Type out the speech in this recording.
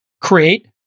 Create